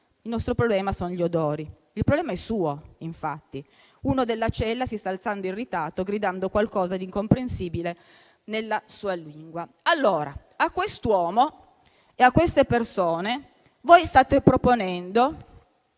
Il nostro problema sono gli odori. Il problema è suo, infatti, uno della cella si sta alzando irritato, gridando qualcosa d'incomprensibile nella sua lingua». Allora, a quest'uomo e a quelle persone voi state proponendo